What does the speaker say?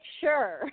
sure